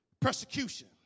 persecution